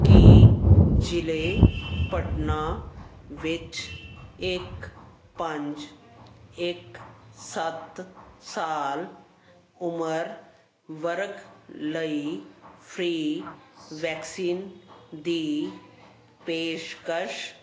ਕੀ ਜ਼ਿਲ੍ਹੇ ਪਟਨਾ ਵਿੱਚ ਇੱਕ ਪੰਜ ਇੱਕ ਸੱਤ ਸਾਲ ਉਮਰ ਵਰਗ ਲਈ ਫ੍ਰੀ ਵੈਕਸੀਨ ਦੀ ਪੇਸ਼ਕਸ਼